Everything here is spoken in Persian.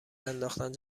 انداختن